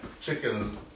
chicken